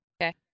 Okay